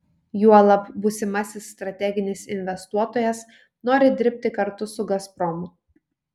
juolab būsimasis strateginis investuotojas nori dirbti kartu su gazprom